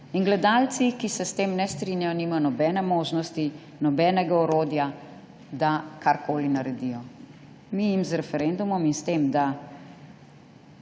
Gledalci, ki se s tem ne strinjajo, nimajo nobene možnosti, nobenega orodja, da karkoli naredijo. Mi jim z referendumom in s tem, da